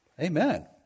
Amen